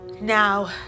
now